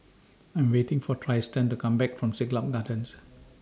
I Am waiting For Tristian to Come Back from Siglap Gardens